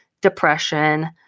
depression